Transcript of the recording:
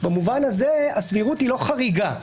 במובן הזה הסבירות היא לא חריגה.